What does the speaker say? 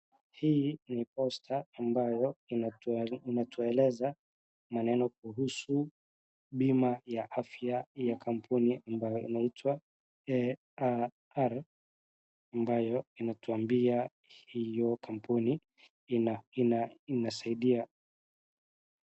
Hii ni posta ambayo inatueleza maneno kuhusu bima ya afya ya kampuni ambayo inaitwa AAR ambayo inatuambia hiyo kampuni inasaidia.